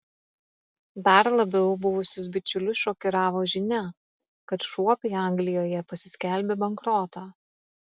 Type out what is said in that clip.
dar labiau buvusius bičiulius šokiravo žinia kad šuopiai anglijoje pasiskelbė bankrotą